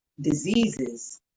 diseases